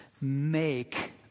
make